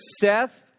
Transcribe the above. Seth